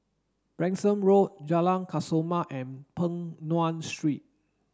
Branksome Road Jalan Kesoma and Peng Nguan Street